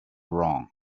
wrong